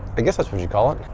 i guess that's what you call it.